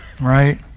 right